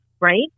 right